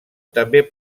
també